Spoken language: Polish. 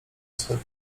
swego